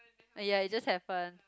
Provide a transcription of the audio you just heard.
ah ya it just happened